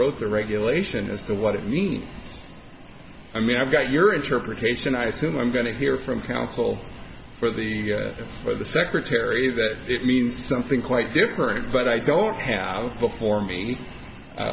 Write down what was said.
wrote the regulation as to what it means i mean i've got your interpretation i assume i'm going to hear from counsel for the for the secretary that it means something quite different but i don't have befor